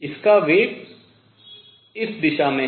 इसका वेग इस दिशा में है